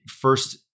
first